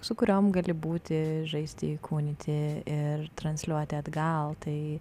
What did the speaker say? su kuriom gali būti žaisti įkūnyti ir transliuoti atgal tai